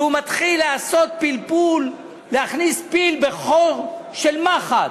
והוא מתחיל לעשות פלפול, להכניס פיל בחור של מחט,